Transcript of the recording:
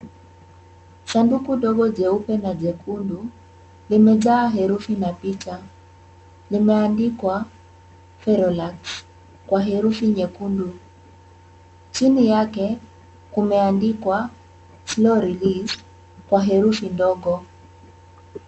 Sanduku ndogo jeupe na jekundu, limejaa herufi na picha. Limeandikwa Ferolax kwa herufi nyekundu. Chini yake kumeandikwa slow relief kwa herufi ndogo.